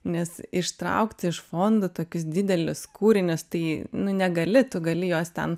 nes ištraukti iš fondų tokius didelius kūrinius tai nu negali tu gali juos ten